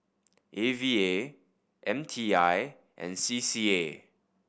A V A M T I and C C A